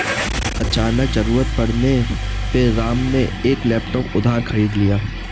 अचानक ज़रूरत पड़ने पे राम ने एक लैपटॉप उधार खरीद लिया